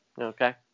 Okay